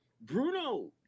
bruno